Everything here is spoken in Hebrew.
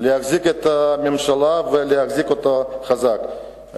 להחזיק את הממשלה ולהחזיק אותה חזק.